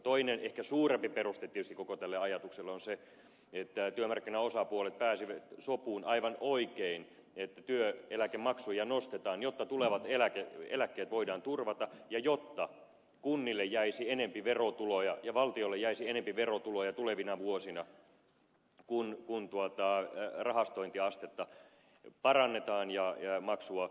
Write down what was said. toinen ehkä suurempi peruste tietysti koko tälle ajatukselle on se että työmarkkinaosapuolet pääsivät sopuun aivan oikein että työeläkemaksuja nostetaan jotta tulevat eläkkeet voidaan turvata ja jotta kunnille jäisi enempi verotuloja ja valtiolle jäisi enempi verotuloja tulevina vuosina kun rahastointiastetta parannetaan ja maksua nopeutetaan